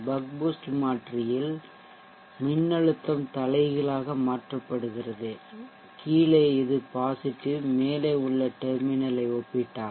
buck boost மாற்றி இல் மின்னழுத்தம் தலைகீழாக மாற்றப்படுகிறது கீழே இது பாசிட்டிவ் மேலே உள்ள டெர்மினலை ஒப்பிட்டால்